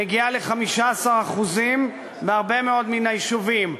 מגיעה ל-15% בהרבה מאוד מן היישובים,